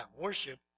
worship